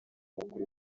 w’umukuru